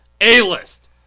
A-list